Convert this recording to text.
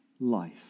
life